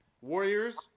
Warriors